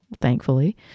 thankfully